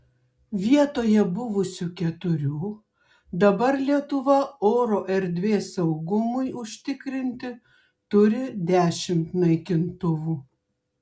vietoje buvusių keturių dabar lietuva oro erdvės saugumui užtikrinti turi dešimt naikintuvų